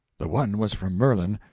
the one was from merlin,